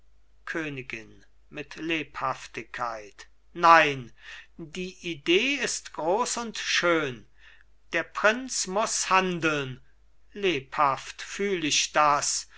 königin mit lebhaftigkeit nein die idee ist groß und schön der prinz muß handeln lebhaft fühl ich das